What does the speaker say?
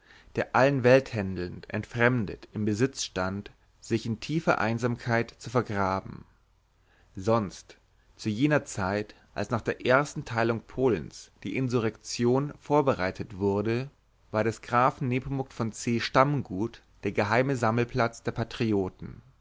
der allen welthändeln entfremdet im begriff stand sich in tiefer einsamkeit zu vergraben sonst zu jener zeit als nach der ersten teilung polens die insurrektion vorbereitet wurde war des grafen nepomuk von c stammgut der geheime sammelplatz der patrioten